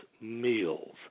meals